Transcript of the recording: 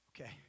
Okay